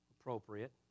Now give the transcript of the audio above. appropriate